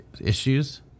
issues